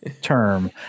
term